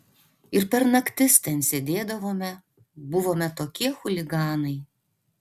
ir per naktis ten sėdėdavome buvome tokie chuliganai